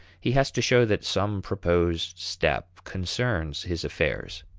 he has to show that some proposed step concerns his affairs.